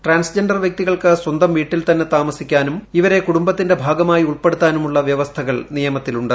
transgender വ്യക്തികൾക്ക് സ്വന്തം വീട്ടിൽ തന്നെ താമസിക്കാനും ഇവരെ കുടുംബത്തിന്റെ ഭാഗമായി ഉൾപ്പെടുത്താനുമുള്ള വ്യവസ്ഥകൾ നിയമത്തിലുണ്ട്